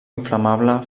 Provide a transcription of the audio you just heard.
inflamable